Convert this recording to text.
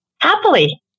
happily